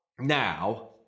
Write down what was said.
now